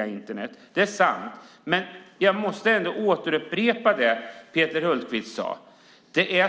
och Internet. Det är sant, men jag måste upprepa det Peter Hultqvist sade.